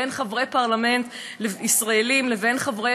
בין חברי פרלמנט ישראלים לבין חברי